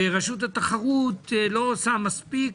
ורשות התחרות לא עושה מספיק